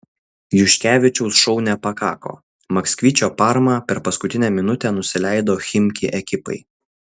juškevičiaus šou nepakako maksvyčio parma per paskutinę minutę nusileido chimki ekipai